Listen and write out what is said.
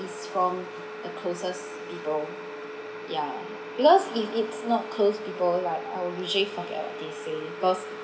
is from the closest people yeah because if it's not close people like I will usually from they say cause